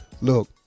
Look